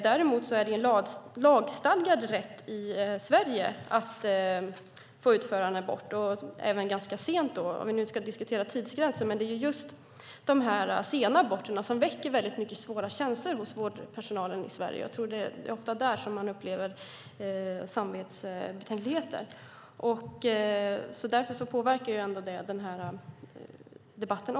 Däremot är det en lagstadgad rätt i Sverige att få utföra en abort, och även ganska sent. Om vi nu ska diskutera tidsgränser är det just de sena aborterna som väcker väldigt mycket svåra känslor hos vårdpersonalen i Sverige. Jag tror att det ofta är där som man upplever samvetsbetänkligheter, och det påverkar den här debatten.